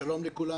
שלום לכולם.